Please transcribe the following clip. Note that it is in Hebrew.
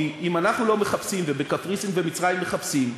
כי אם אצלנו לא מחפשים ובקפריסין ומצרים מחפשים,